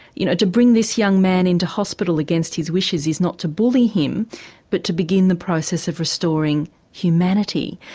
you know to bring this young man into hospital against his wishes is not to bully him but to begin the process of restoring humanity.